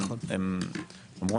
הם אמרו,